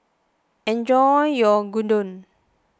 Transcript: enjoy your Gyudon